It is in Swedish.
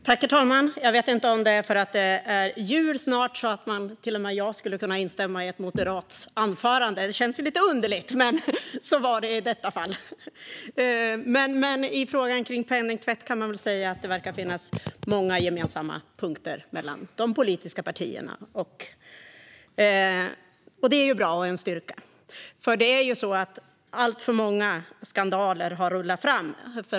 Herr talman! Jag vet inte om det är för att det är jul snart, men till och med jag skulle kunna instämma i en moderats anförande! Det känns lite underligt, men så var det i detta fall. I frågan om penningtvätt kan man väl säga att det verkar finnas många gemensamma punkter mellan de politiska partierna, och det är bra och en styrka. Alltför många skandaler har rullat fram.